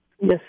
Yes